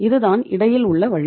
இதுதான் இடையில் உள்ள வழி